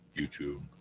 YouTube